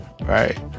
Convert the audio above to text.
right